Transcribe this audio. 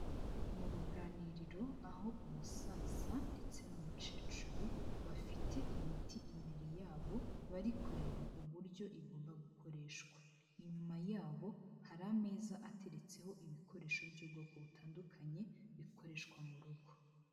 Mu ruganiriro aho umusaza ndetse n'umukecuru bafite imiti imbere yabo bari kureba uburyo igomba gukoreshwa, inyuma yabo hari ameza ateretseho ibikoresho by'ubwoko butandukanye bikoreshwa mu rugo.